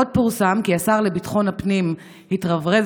עוד פורסם כי השר לביטחון הפנים התרברב